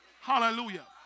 Hallelujah